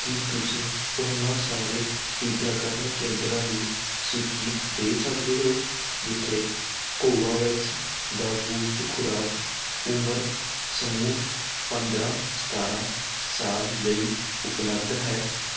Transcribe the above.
ਕੀ ਤੁਸੀਂ ਉਹਨਾਂ ਸਾਰੇ ਟੀਕਾਕਰਨ ਕੇਂਦਰਾਂ ਦੀ ਸੂਚੀ ਦੇ ਸਕਦੇ ਹੋ ਜਿੱਥੇ ਕੋਵਾਵੈਕਸ ਦਾ ਬੂਸਟ ਖੁਰਾਕ ਉਮਰ ਸਮੂਹ ਪੰਦਰਾਂ ਸਤਾਰਾਂ ਸਾਲ ਲਈ ਉਪਲਬਧ ਹੈ